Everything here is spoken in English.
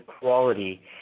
quality